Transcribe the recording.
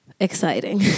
exciting